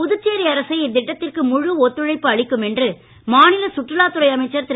புதுச்சேரி அரசு இத்திட்டத்திற்கு முழு ஒத்துழைப்பு அளிக்கும் என்று மாநில சுற்றுலா துறை அமைச்சர் திரு